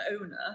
owner